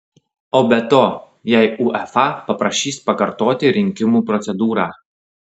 o be to jei uefa paprašys pakartoti rinkimų procedūrą